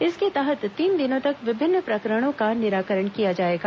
इसके तहत तीन दिनों तक विभिन्न प्रकरणों का निराकरण किया जाएगा